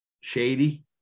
shady